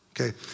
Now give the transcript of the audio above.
Okay